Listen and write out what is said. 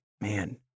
man